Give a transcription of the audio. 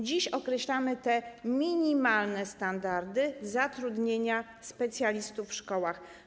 Dziś określamy te minimalne standardy zatrudnienia specjalistów w szkołach.